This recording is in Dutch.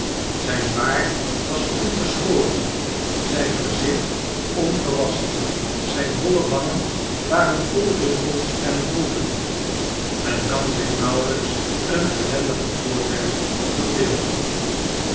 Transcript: zijn baard was ongeschoren zijn gezicht ongewasschen zijne nolle wangen waren vol rimpels en groeven men kan zich nauwelijks een ellendiger voorwerp verbeelden